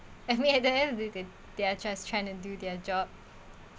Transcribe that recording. and me at the end that they they're just trying to do their job